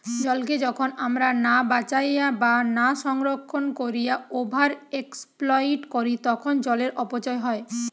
জলকে যখন আমরা না বাঁচাইয়া বা না সংরক্ষণ কোরিয়া ওভার এক্সপ্লইট করি তখন জলের অপচয় হয়